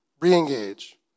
re-engage